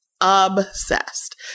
Obsessed